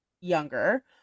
younger